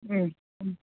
ഉം ഉം